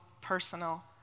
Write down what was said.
personal